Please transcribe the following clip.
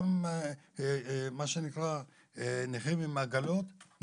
גם נכים עם עגלות.